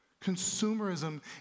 Consumerism